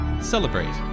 celebrate